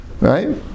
Right